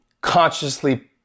consciously